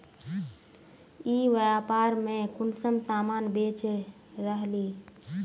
ई व्यापार में कुंसम सामान बेच रहली?